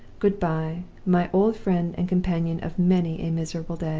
good-by, my old friend and companion of many a miserable day!